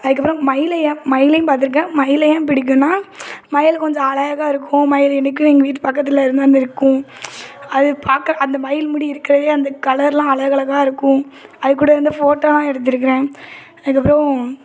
அதுக்கப்புறம் மயிலை ஏன் மயிலையும் பார்த்துருக்கேன் மயிலை ஏன் பிடிக்குன்னால் மயில் கொஞ்சம் அழகா இருக்கும் மயில் என்றைக்கும் எங்கள் வீட்டு பக்கத்தில் இருந்து வந்து இருக்கும் அது பார்க்க அந்த மயில் முடி இருக்கறதே அந்த கலர்லாம் அலகலகா இருக்கும் அது கூட இருந்து ஃபோட்டோலாம் எடுத்துருக்குறேன் அதுக்கப்புறம்